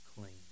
clean